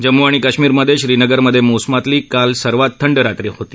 जम्मू आणि काश्मिरमध्या श्रीनगरमध्यविसमातली काल सर्वात थंड रात्र होती